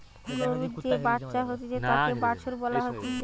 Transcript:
গরুর যে বাচ্চা হতিছে তাকে বাছুর বলা হতিছে